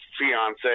fiance